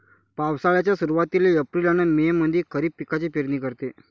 पावसाळ्याच्या सुरुवातीले एप्रिल अन मे मंधी खरीप पिकाची पेरनी करते